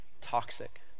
Toxic